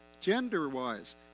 Gender-wise